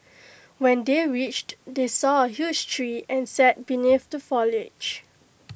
when they reached they saw A huge tree and sat beneath the foliage